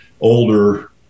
older